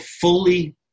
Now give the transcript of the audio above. fully